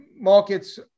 markets